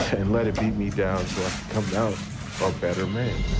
and let it beat me down so i come out a better man.